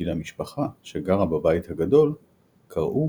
כי למשפחה שגרה בבית הגדול קראו